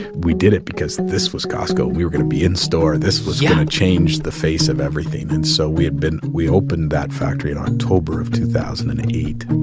we did it because this was costco. we were going to be in-store. this was. yeah. going to change the face of everything. and so we had been we opened that factory in october of two thousand and and eight